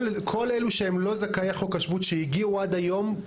כל אילו שהם לא זכאי חוק השבות שהגיעו עד היום,